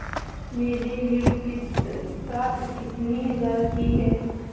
मेरी ऋण किश्त राशि कितनी हजार की है?